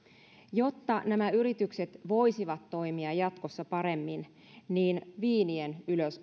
jotta nämä yritykset voisivat toimia jatkossa paremmin viinien